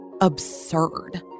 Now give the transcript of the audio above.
absurd